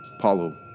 Paulo